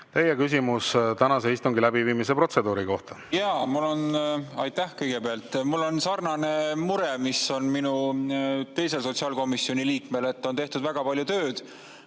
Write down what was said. teie küsimus tänase istungi läbiviimise protseduuri kohta! Jaa, mul on – aitäh kõigepealt! – sarnane mure, mis on teisel sotsiaalkomisjoni liikmel. On tehtud väga palju tööd,